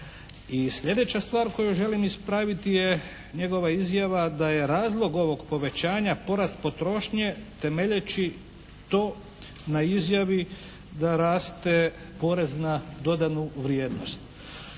slijedeća stvar koju želim ispraviti je njegova izjava da je razlog ovog povećanja porast potrošnje temeljeći to na izjavi da raste porez na dodanu vrijednost.